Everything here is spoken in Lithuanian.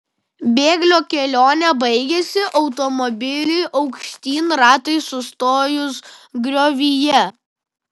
bėglio kelionė baigėsi automobiliui aukštyn ratais sustojus griovyje